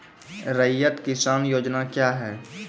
रैयत किसान योजना क्या हैं?